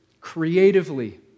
creatively